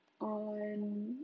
on